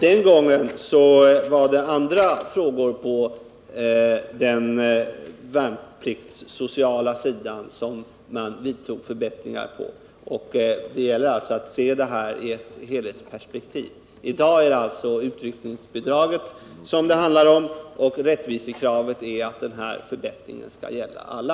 Den gången vidtogs det andra förbättringar på det värnpliktssociala området, och det gäller alltså att se frågorna i ett helhetsperspektiv. I dag är det utryckningsbidraget som det handlar om, och rättvisekravet är att förbättringen skall gälla alla.